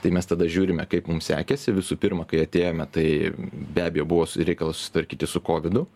tai mes tada žiūrime kaip mum sekėsi visų pirma kai atėjome tai be abejo buvo reikalas susitvarkyti su kovidu